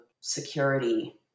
security